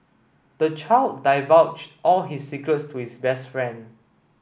the child divulged all his secrets to his best friend